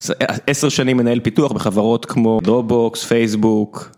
10 שנים מנהל פיתוח בחברות כמו דרובוקס, פייסבוק.